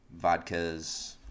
vodkas